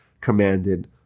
commanded